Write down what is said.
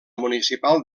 municipal